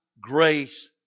grace